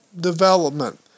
development